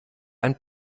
ein